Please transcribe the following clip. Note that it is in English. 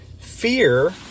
Fear